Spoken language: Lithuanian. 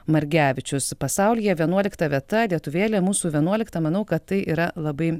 margevičius pasaulyje vienuolikta vieta lietuvėlė mūsų vienuolikta manau kad tai yra labai